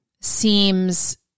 seems